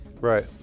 Right